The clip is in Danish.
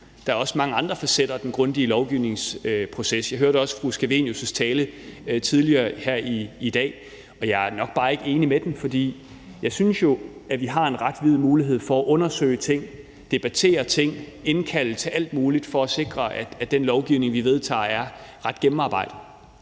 at der også er mange andre facetter af den. Jeg hørte også fru Theresa Scavenius' tale tidligere her i dag, og jeg er nok bare ikke enig i den. For jeg synes jo, at vi har en ret vid mulighed for at undersøge nogle ting, debattere nogle ting og indkalde til alt muligt, for at sikre, at den lovgivning, vi vedtager, er ret gennemarbejdet.